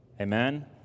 Amen